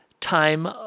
time